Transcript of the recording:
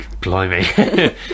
Blimey